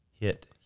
hit